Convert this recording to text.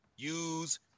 Use